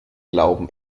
glauben